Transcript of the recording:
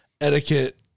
etiquette